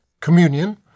Communion